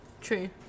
true